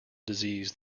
disease